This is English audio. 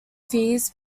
fees